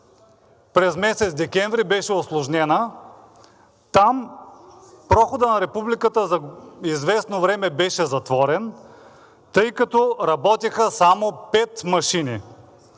през месец декември беше усложнена. Там Проходът на Републиката за известно време беше затворен, тъй като работеха само пет машини,